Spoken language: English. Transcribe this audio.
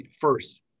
first